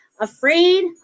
afraid